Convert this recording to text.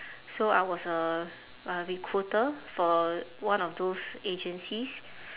so I was a a recruiter for one of those agencies